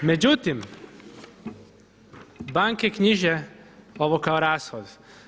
Međutim, banke knjiže ovo kao rashod.